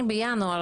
בינואר,